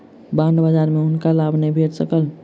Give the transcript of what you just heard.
bond बजार में हुनका लाभ नै भेट सकल